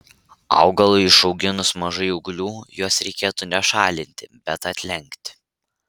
augalui išauginus mažai ūglių juos reikėtų ne šalinti bet atlenkti